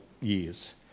years